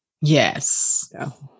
Yes